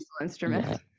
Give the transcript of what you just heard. instrument